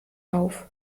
auf